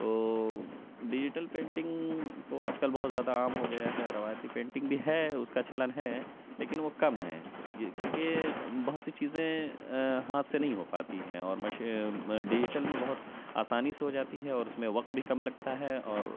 تو digital painting تو آج کل بہت زیادہ عام ہو گیا ہے روایتی پینٹنگ بھی ہے اس کا چلن ہے لیکن وہ کم ہے کیوں کہ بہت سی چیزیں ہاتھ سے نہیں ہو پاتی ہیں اور مشی ڈیجیٹل میں بہت آسانی سے ہوجاتی ہے اور اس میں وقت بھی کم لگتا ہے اور